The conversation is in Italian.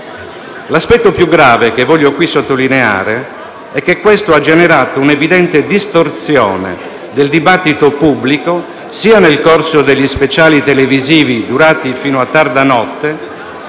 L'aspetto più grave che voglio qui sottolineare è che questo ha generato un'evidente distorsione del dibattito pubblico, sia nel corso degli speciali televisivi durati fino a tarda notte,